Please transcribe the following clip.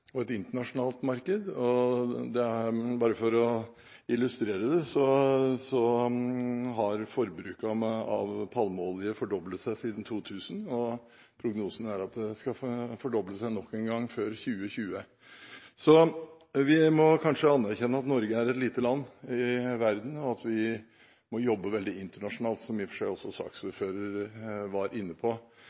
dette et veldig stort og internasjonalt marked. For å illustrere dette kan jeg nevne at forbruket av palmeolje har fordoblet seg siden år 2000, og prognosen er at det vil fordoble seg nok en gang før 2020. Vi må kanskje anerkjenne at Norge er et lite land i verden, og at vi må jobbe veldig internasjonalt, noe som også saksordføreren var inne på.